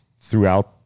throughout